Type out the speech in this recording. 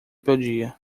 podia